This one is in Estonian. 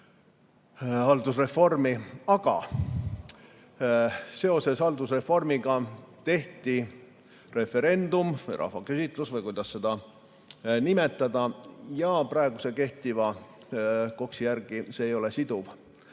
Aga seoses haldusreformiga tehti referendum, rahvaküsitlus või kuidas seda nimetada. Praeguse, kehtiva KOKS-i järgi ei ole see siduv.